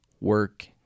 Work